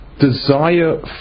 desire